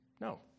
No